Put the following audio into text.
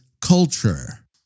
culture